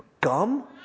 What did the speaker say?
Gum